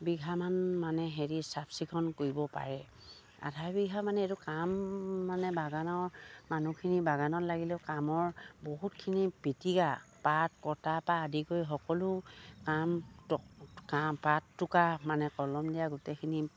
বিঘামান মানে সেহেঁতি চাফ চিকুণ কৰিব পাৰে আধা বিঘা মানে এইটো কাম মানে বাগানৰ মানুহখিনি বাগানত লাগিলেও কামৰ বহুতখিনি পাত কটাৰ পৰা আদি সকলো কাম পাত টুকা মানে কলম দিয়া গোটেইখিনি